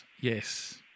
Yes